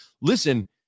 listen